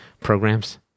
programs